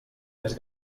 més